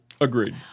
Agreed